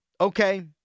Okay